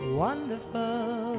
wonderful